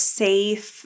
safe